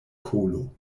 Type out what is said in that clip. kolo